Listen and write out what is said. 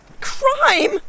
Crime